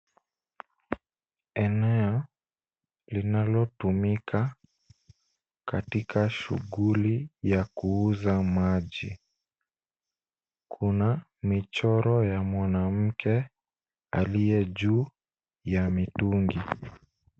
Eneo linalotumika katika shughuli ya kuuza maji. Kuna michoro ya mwanamke aliye juu ya mitungi.